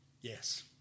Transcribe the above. yes